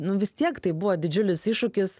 nu vis tiek tai buvo didžiulis iššūkis